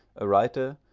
a writer,